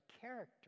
character